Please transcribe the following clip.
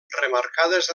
remarcades